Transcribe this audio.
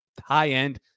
high-end